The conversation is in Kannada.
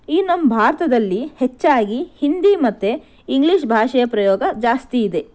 ಈ ನಮ್ಮ ಭಾರತದಲ್ಲಿ ಹೆಚ್ಚಾಗಿ ಹಿಂದಿ ಮತ್ತು ಇಂಗ್ಲೀಷ್ ಭಾಷೆಯ ಪ್ರಯೋಗ ಜಾಸ್ತಿ ಇದೆ